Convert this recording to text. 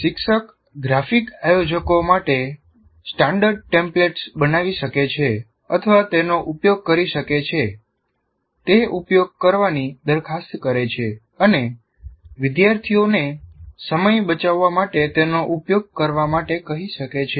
શિક્ષક ગ્રાફિક આયોજકો માટે સ્ટાન્ડર્ડ ટેમ્પલેટ્સ બનાવી શકે છે અથવા તેનો ઉપયોગ કરી શકે છે તે ઉપયોગ કરવાની દરખાસ્ત કરે છે અને વિદ્યાર્થીઓને સમય બચાવવા માટે તેનો ઉપયોગ કરવા માટે કહી શકે છે